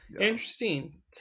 interesting